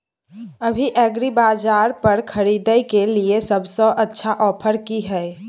अभी एग्रीबाजार पर खरीदय के लिये सबसे अच्छा ऑफर की हय?